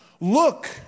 Look